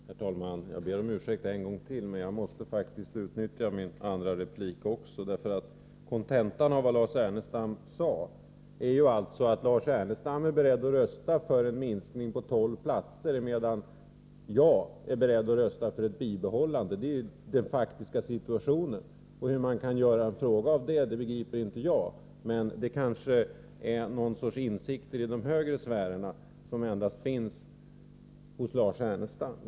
Herr talman! Jag ber om ursäkt en gång till, men jag måste också utnyttja min andra replik. Kontentan av vad Lars Ernestam sade är alltså att han är beredd att rösta för en minskning på tolv platser medan jag är beredd att rösta för ett bibehållande. Det är den faktiska situationen. Hur man kan göra en fråga av det begriper jag inte, men det kanske är någon sorts insikter i de högre sfärerna som endast finns hos Lars Ernestam.